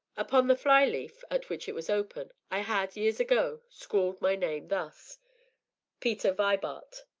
upon the fly-leaf, at which it was open, i had, years ago, scrawled my name thus peter vibart